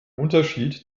unterschied